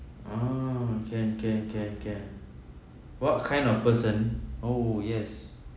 ah can can can can what kind of person oh yes